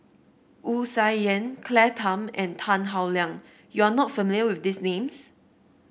Wu Tsai Yen Claire Tham and Tan Howe Liang you are not familiar with these names